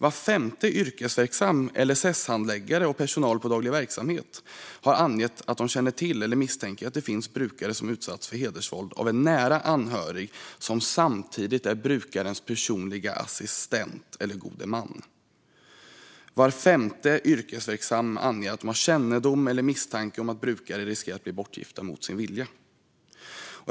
Var femte yrkesverksam LSS-handläggare och personal på daglig verksamhet har angett att de känner till eller misstänker att det finns brukare som utsatts för hedersvåld av en nära anhörig som samtidigt är brukarens personliga assistent eller gode man. Var femte yrkesverksam anger att de har kännedom eller misstanke om att brukare riskerar att bli bortgifta mot sin vilja.